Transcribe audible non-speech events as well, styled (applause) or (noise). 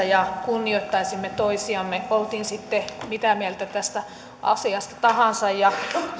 (unintelligible) ja kunnioittaisimme toisiamme oltiin sitten mitä mieltä tästä asiasta tahansa